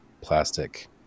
plastic